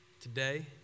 today